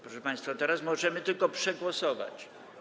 Proszę państwa, teraz możemy tylko to przegłosować.